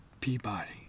Peabody